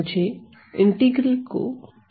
मुझे इंटीग्रल को ज्ञात करना है